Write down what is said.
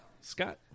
Scott